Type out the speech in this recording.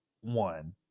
one